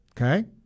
Okay